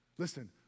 Listen